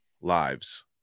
lives